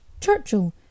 Churchill